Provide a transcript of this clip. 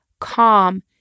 calm